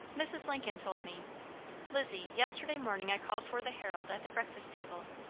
mrs. lincoln told me lizzie, yesterday morning i called for the herald at the breakfast table,